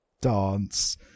dance